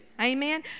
Amen